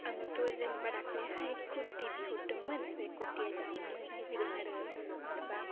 आङोथ' जेनोबा दाख्लिहाय कुरति बिहरदोंमोन बे कुरतिआ जा मोजां फैदों आरो मानोबा